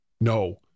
no